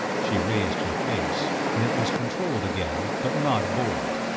she raised her face, and it was controlled again, but not bored.